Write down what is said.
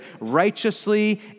righteously